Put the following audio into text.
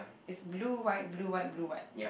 is blue white blue white blue white